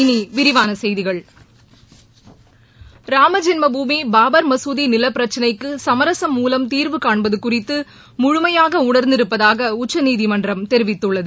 இனி விரிவான செய்திகள் ராமஜென்ம பூமி பாபர் மசூதி நிலப்பிரச்சிளைக்கு சமரசம் மூவம் தீர்வு காண்பது குறித்து முழுமையாக உணா்ந்திருப்பதாக உச்சநீதிமன்றம் தெரிவித்துள்ளது